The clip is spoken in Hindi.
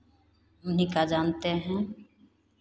उन्हीं का जानते हैं